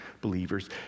believers